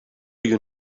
you